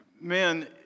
man